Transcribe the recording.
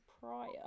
prior